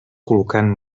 col·locant